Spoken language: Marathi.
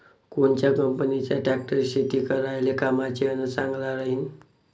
कोनच्या कंपनीचा ट्रॅक्टर शेती करायले कामाचे अन चांगला राहीनं?